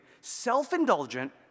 self-indulgent